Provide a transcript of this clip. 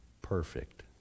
Perfect